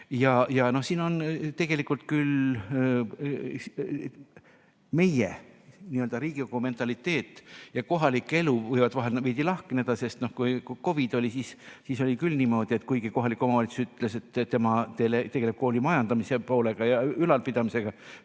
Siin tegelikult küll meie, Riigikogu mentaliteet ja kohalik elu võivad vahel veidi lahkneda, sest kui COVID oli, siis oli küll niimoodi, et kuigi kohalik omavalitsus ütles, et tema tegeleb kooli majandamise poolega ja ülalpidamisega,